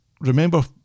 remember